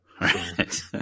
Right